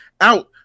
out